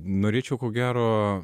norėčiau ko gero